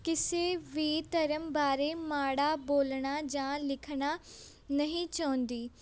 ਕਿਸੇ ਵੀ ਧਰਮ ਬਾਰੇ ਮਾੜਾ ਬੋਲਣਾ ਜਾਂ ਲਿਖਣਾ ਨਹੀਂ ਚਾਹੁੰਦੀ